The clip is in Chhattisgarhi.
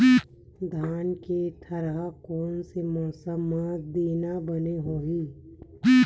धान के थरहा कोन से मौसम म देना बने होही?